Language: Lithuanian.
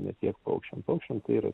ne tiek paukščiam paukščiam tai yra